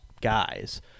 guys